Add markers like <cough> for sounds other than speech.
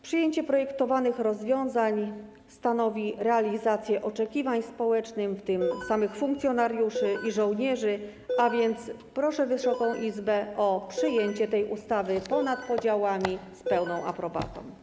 Przyjęcie projektowanych rozwiązań stanowi realizację oczekiwań społecznych, <noise> w tym oczekiwań samych funkcjonariuszy i żołnierzy, a więc proszę Wysoką Izbę o przyjęcie tej ustawy ponad podziałami, z pełną aprobatą.